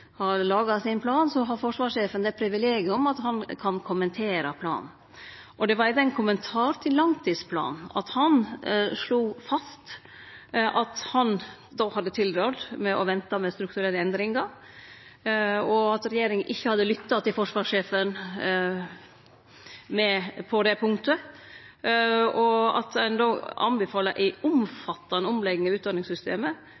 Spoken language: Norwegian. har laga planen sin, har forsvarssjefen det privilegiet at han kan kommentere planen. Det var i ein kommentar til langtidsplanen han slo fast at han hadde tilrådd å vente med strukturelle endringar, at regjeringa ikkje hadde lytta til forsvarssjefen på det punktet, og at ein då anbefalte ei